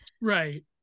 Right